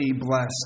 blessed